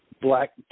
black